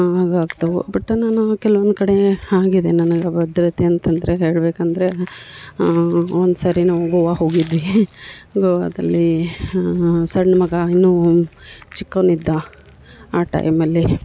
ಹಾಗೆ ಆಗ್ತವೆ ಬಟ್ ನಾನು ಕೆಲ್ವೊಂದು ಕಡೆ ಆಗಿದೆ ನನಗೆ ಭದ್ರತೆ ಅಂತ ಅಂದರೆ ಹೇಳ್ಬೇಕು ಅಂದರೆ ಒಂದು ಸಾರಿ ನಾವು ಗೋವಾ ಹೋಗಿದ್ವಿ ಗೋವಾದಲ್ಲಿ ಸಣ್ಣ ಮಗ ಇನ್ನೂ ಚಿಕ್ಕೋನು ಇದ್ದ ಆ ಟೈಮಲ್ಲಿ